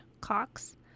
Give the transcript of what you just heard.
Cox